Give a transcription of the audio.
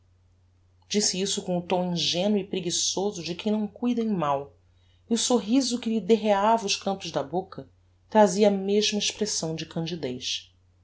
disse isto com o tom ingenuo e preguiçoso de quem não cuida em mal e o sorriso que lhe derreava os cantos da boca trazia a mesma expressão de